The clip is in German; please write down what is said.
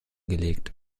gelegt